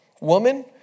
Woman